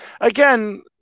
again